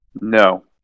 No